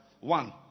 One